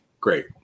Great